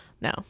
no